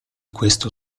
questo